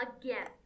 again